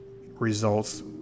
results